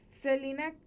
Selena